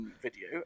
video